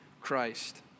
Christ